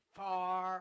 far